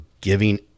giving